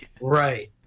Right